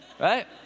right